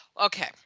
Okay